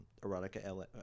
erotica